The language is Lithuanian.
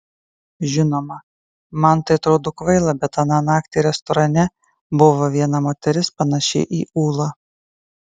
žinoma man tai atrodo kvaila bet aną naktį restorane buvo viena moteris panaši į ūlą